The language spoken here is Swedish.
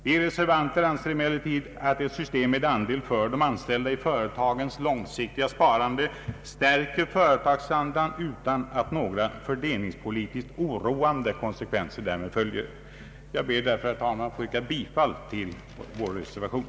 Vi reservanter anser emellertid att ett system med andel för de anställda i företagens långsiktiga sparande stärker företagsandan utan några fördelningspolitiskt oroande konsekvenser. Jag ber, herr talman, att få yrka bifall till vår reservation.